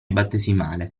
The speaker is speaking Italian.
battesimale